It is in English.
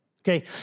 Okay